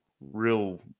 real